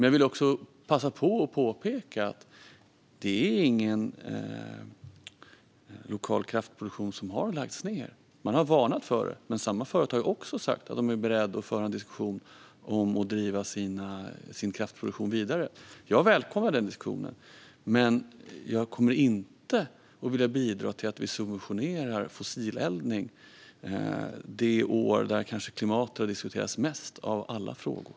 Jag vill dock också passa på att påpeka att ingen lokal kraftproduktion har lagts ned. Man har varnat för det, men samma företag har också sagt att de är beredda att föra en diskussion om att driva sin kraftproduktion vidare. Jag välkomnar den diskussionen. Men jag kommer inte att vilja bidra till att vi subventionerar fossileldning det år då klimatet kanske har diskuterats mest av alla frågor.